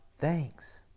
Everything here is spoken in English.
thanks